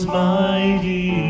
mighty